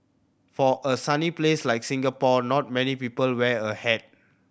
for a sunny place like Singapore not many people wear a hat